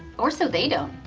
or so they don't.